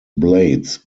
blades